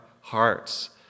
hearts